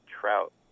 Trout